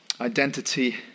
Identity